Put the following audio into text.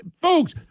folks